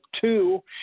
two